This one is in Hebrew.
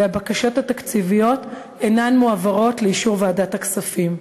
והבקשות התקציביות אינן מועברות לאישור ועדת הכספים.